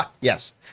Yes